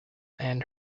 and